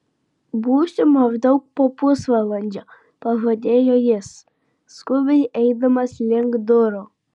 būsiu maždaug po pusvalandžio pažadėjo jis skubiai eidamas link durų